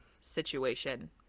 situation